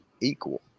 equal